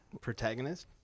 Protagonist